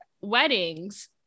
weddings